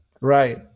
Right